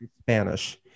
Spanish